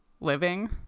living